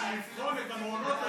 בשביל לבחון את המעונות האלה,